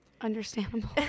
Understandable